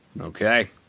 Okay